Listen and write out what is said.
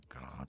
God